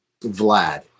Vlad